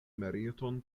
meriton